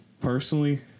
Personally